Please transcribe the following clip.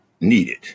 needed